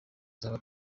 nzaba